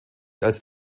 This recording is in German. als